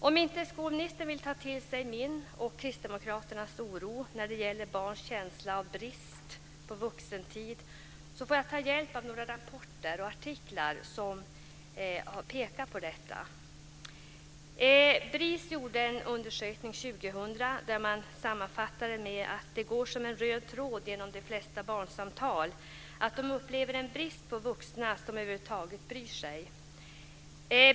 Om skolministern inte vill ta till sig min och Kristdemokraternas oro när det gäller barns känsla av brist på vuxentid får jag ta hjälp av några rapporter och artiklar som pekar på detta. BRIS gjorde en undersökning år 2000 där man sammanfattar så här: "Det går som en röd tråd genom de flesta barnsamtal att de upplever en brist på vuxna som över huvud taget bryr sig."